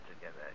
together